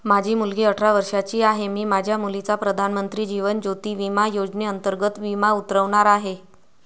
माझी मुलगी अठरा वर्षांची आहे, मी माझ्या मुलीचा प्रधानमंत्री जीवन ज्योती विमा योजनेअंतर्गत विमा उतरवणार आहे